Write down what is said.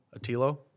Attilo